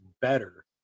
better